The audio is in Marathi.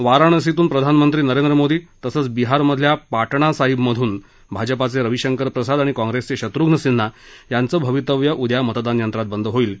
वाराणसीतून प्रधानमंत्री नरेंद्र मोदी तसंच बिहारमधल्या पाटणासाहिबमधून भाजपाचे रविशंकर प्रसाद आणि काँग्रेसचे शत्रूघ्न सिंन्हा यांचं भवितव्य उद्या मतदानयंत्रात बंद होईल